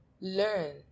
Learn